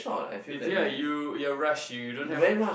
is it are you you are rashie you don't have